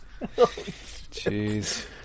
Jeez